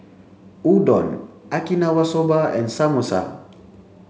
Udon Okinawa Soba and Samosa